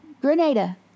Grenada